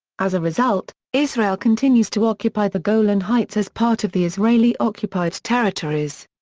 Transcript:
as a result, israel continues to occupy the golan heights as part of the israeli-occupied territories.